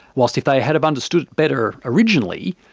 whilst if they had have understood it better originally,